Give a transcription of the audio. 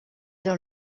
dans